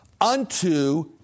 unto